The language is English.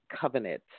covenant